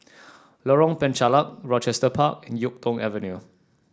Lorong Penchalak Rochester Park and YuK Tong Avenue